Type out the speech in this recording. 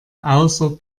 außer